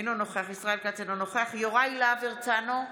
אינו נוכח ישראל כץ, אינו נוכח יוראי להב הרצנו,